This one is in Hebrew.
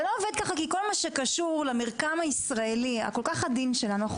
זה לא עובד ככה כי כל מה שקשור למרקם הישראלי הכול כך עדין שלנו,